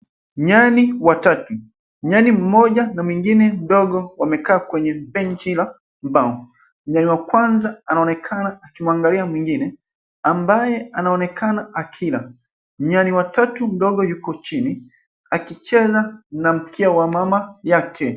Nyani watatu, nyani mmoja na mwingine mdogo wamekaa kwenye bench la mbao. Nyani wa kwanza anaonekana akimwangalia mwigine, ambaye anaonekana akila. Nyani wa tatu mdogo yuko chini, akicheza na mkia wa mama yake.